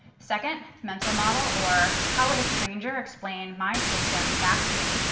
second, mental model, or how would a stranger explain my system back to me?